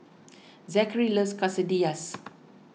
Zakary loves Quesadillas